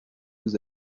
vous